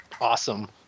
Awesome